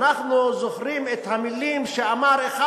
אנחנו זוכרים את המילים שאמר אחד,